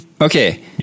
okay